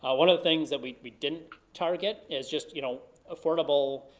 ah one of the things that we we didn't target is just you know affordable,